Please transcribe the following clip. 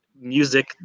music